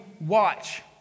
watch